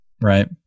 right